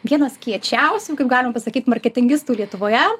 vienas kiečiausių kaip galime pasakyt marketingistų lietuvoje